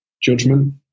judgment